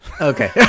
Okay